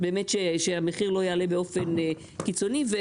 באמת שהמחיר לא יעלה באופן קיצוני?